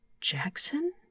Jackson